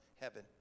heaven